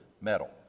medal